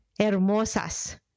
hermosas